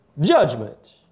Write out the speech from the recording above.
judgment